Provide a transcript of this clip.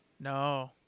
No